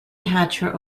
hatcher